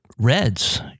Red's